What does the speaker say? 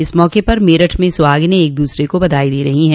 इस मौक पर मेरठ में सुहागिनें एक दूसरे को बधाई दे रहीं हैं